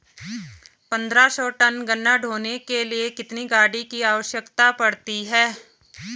पन्द्रह सौ टन गन्ना ढोने के लिए कितनी गाड़ी की आवश्यकता पड़ती है?